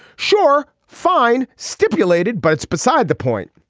sure fine stipulated. but it's beside the point.